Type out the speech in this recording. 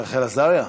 של רחל עזריה?